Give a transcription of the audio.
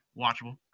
watchable